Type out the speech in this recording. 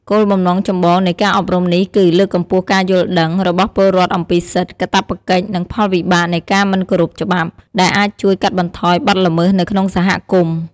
គោលបំណងចម្បងនៃការអប់រំនេះគឺ លើកកម្ពស់ការយល់ដឹង របស់ពលរដ្ឋអំពីសិទ្ធិ កាតព្វកិច្ច និងផលវិបាកនៃការមិនគោរពច្បាប់ ដែលអាចជួយ កាត់បន្ថយបទល្មើស នៅក្នុងសហគមន៍។